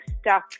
stuck